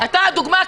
אתה הדוגמה מבחינתי.